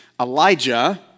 Elijah